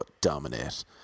dominate